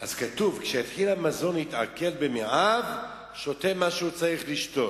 אז כתוב: "כשיתחיל המזון להתעכל במעיו שותה מה שהוא צריך לשתות.